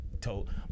told